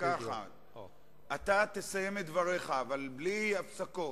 אתה תסיים את דבריך, אבל בלי הפסקות.